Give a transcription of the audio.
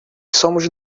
somos